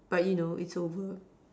but you know it's over